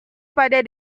pada